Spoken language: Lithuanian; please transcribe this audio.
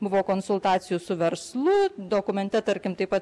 buvo konsultacijų su verslu dokumente tarkim taip pat